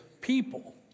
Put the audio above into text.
people